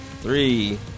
Three